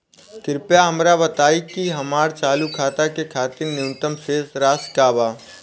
कृपया हमरा बताइ कि हमार चालू खाता के खातिर न्यूनतम शेष राशि का बा